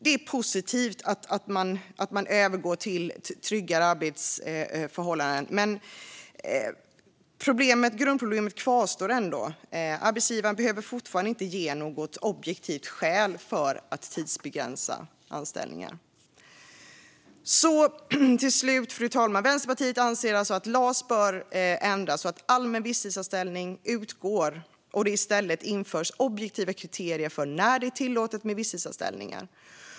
Det är positivt att man övergår till tryggare arbetsförhållanden, men grundproblemet kvarstår ändå. Arbetsgivaren behöver fortfarande inte ge något objektivt skäl för att tidsbegränsa anställningen. Fru talman! Till slut: Vänsterpartiet anser alltså att LAS bör ändras så att allmän visstidsanställning utgår och det i stället införs objektiva kriterier för när det är tillåtet med visstidsanställningar.